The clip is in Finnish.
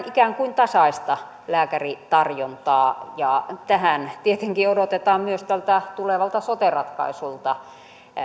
ikään kuin riittävän tasaista lääkäritarjontaa tähän tietenkin odotetaan myös tulevalta sote ratkaisulta